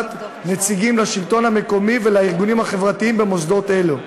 הוספת נציגים לשלטון המקומי ולארגונים החברתיים במוסדות אלו.